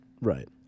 Right